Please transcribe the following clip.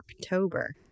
October